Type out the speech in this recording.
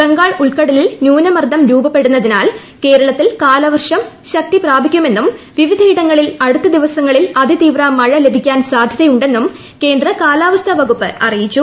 ബംഗാൾ ഉൾക്കടലിൽ ന്യൂനമർദം രൂപപ്പെടുന്നതിനാൽ കേരളത്തിൽ കാലവർഷം ശക്തി പ്രാപിക്കുമെന്നും വിവിധയിടങ്ങളിൽ അടുത്ത ദിവസങ്ങളിൽ അതിതീവ്ര മഴ ലഭിക്കാൻ സാധൃതയുണ്ടെന്നും കേന്ദ്ര കാലാവസ്ഥ വകുപ്പ് അറിയിച്ചു